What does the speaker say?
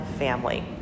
family